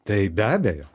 tai be abejo